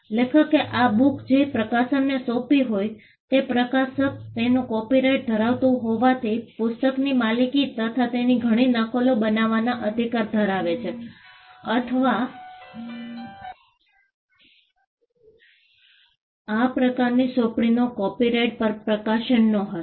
લેખકે આ બુક જે પ્રકાશકને સોંપી હોય તે પ્રકાશક તેનું કોપીરાઇટ ધરાવતું હોવાથી પુસ્તકની માલિકી તથા તેની ઘણી નકલો બનાવવાનો અધિકાર ધરાવે છે તથા આ પ્રકારની સોંપણીનો કોપીરાઇટ પણ પ્રકાશકનો હશે